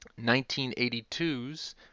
1982's